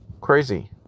Crazy